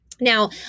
Now